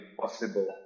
possible